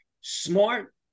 Smart